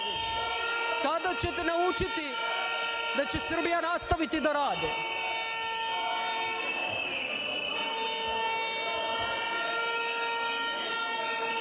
Kada ćete naučiti da će Srbija nastaviti da radi?